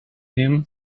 him